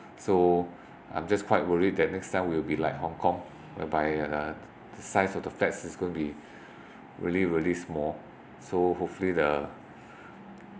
so I'm just quite worried that next time we'll be like hong kong whereby the the size of the flats is going to be really really small so hopefully the